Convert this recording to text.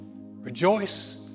Rejoice